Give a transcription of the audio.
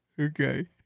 Okay